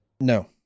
No